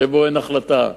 שבו אין החלטה.